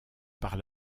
par